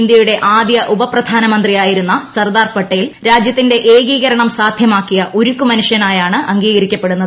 ഇന്ത്യയുടെ ആദ്യ ഉപപ്രധാനമന്ത്രിയായിരുന്ന സർദാർ പട്ടേൽ രാജ്യത്തിന്റെ ഏകീകരണം സാധ്യമാക്കിയ ഉരുക്കുമനുഷ്യനായാണ് അംഗീകരിക്കപ്പെടുന്നത്